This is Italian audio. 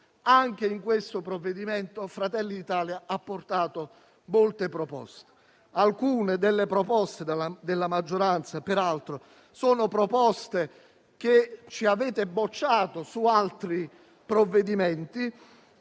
anche in questo provvedimento Fratelli d'Italia ha portato molte proposte. Alcune delle proposte della maggioranza, peraltro, sono proposte che ci avete bocciato su altri provvedimenti,